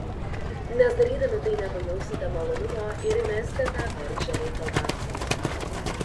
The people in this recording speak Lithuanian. nes darydami tai nepajausite malonumo ir mesite tą bergždžią reikalą